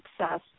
success